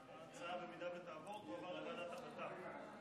שההצעה, אם תעבור, היא תעבור לוועדת הבט"פ.